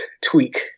tweak